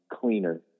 cleaner